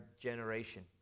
generation